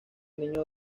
niño